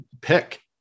pick